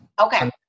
Okay